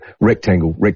rectangle